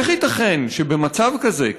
איך ייתכן שבמצב כזה,